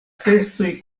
festoj